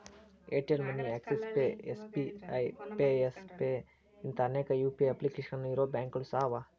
Airtel Money Axis Pay SBI Pay Yes Pay ಇಂಥಾ ಅನೇಕ UPI ಅಪ್ಲಿಕೇಶನ್ಗಳು ಇರೊ ಬ್ಯಾಂಕುಗಳು ಸಹ ಅವ